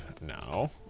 now